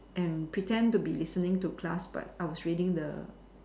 and pretend to be listening to class but I was reading the